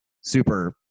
super